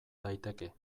daiteke